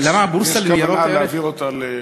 למה הבורסה לניירות ערך,